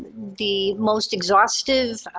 the most exhaustive,